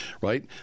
right